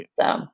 So-